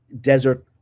desert